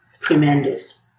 tremendous